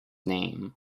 name